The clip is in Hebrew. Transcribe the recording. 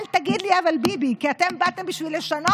אל תגיד לי: אבל ביבי, כי אתם באתם לשנות,